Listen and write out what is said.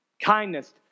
Kindness